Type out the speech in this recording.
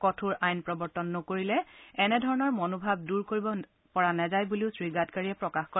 কঠোৰ আইন প্ৰৱৰ্তন নকৰিলে এনেধৰণৰ মনোভাৱ দূৰ কৰিব পৰা নাযায় বুলিও শ্ৰী গাডকাৰীয়ে প্ৰকাশ কৰে